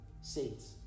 saints